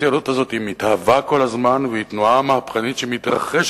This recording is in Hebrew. הציונות הזאת מתהווה כל הזמן והיא תנועה מהפכנית שמתרחשת.